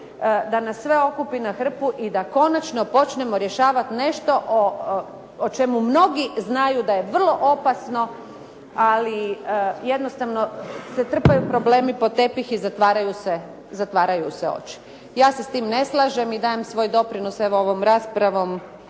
da nas sve okupi na hrpu i da konačno počnemo rješavati nešto o čemu mnogi znaju da je vrlo opasno, ali jednostavno se trpaju problemi pod tepih i zatvaraju se oči. Ja se s tim ne slažem i dajem svoj doprinos, evo ovom raspravom